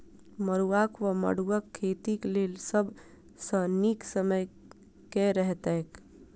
मरुआक वा मड़ुआ खेतीक लेल सब सऽ नीक समय केँ रहतैक?